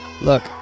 Look